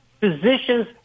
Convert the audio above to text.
physicians